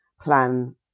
plan